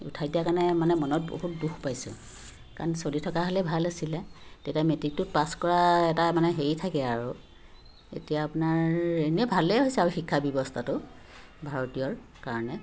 উঠাই দিয়াৰ কাৰণে মানে মনত বহুত দুখ পাইছোঁ কাৰণ চলি থকা হ'লে ভাল আছিলে তেতিয়া মেট্ৰিকটোত পাছ কৰা এটা মানে হেৰি থাকে আৰু এতিয়া আপোনাৰ এনেই ভালেই হৈছে আৰু শিক্ষা ব্যৱস্থাটো ভাৰতীয়ৰ কাৰণে